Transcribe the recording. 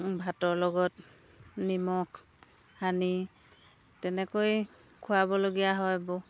ভাতৰ লগত নিমখ সানি তেনেকৈয়ে খোৱাবলগীয়া হয় ব